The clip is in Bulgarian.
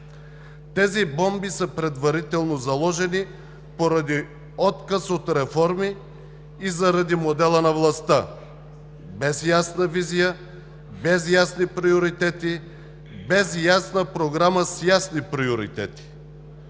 Тези бомби са предварително заложени поради отказ от реформи и заради модела на властта – без ясна визия, без ясни приоритети, без ясна програма с ясни приоритети.